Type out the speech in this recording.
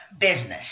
business